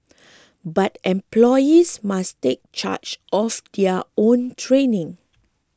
but employees must take charge of their own training